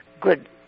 good